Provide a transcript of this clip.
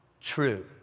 true